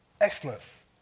Excellence